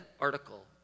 article